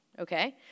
Okay